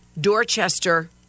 Dorchester